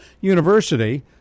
University